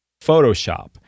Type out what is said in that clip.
Photoshop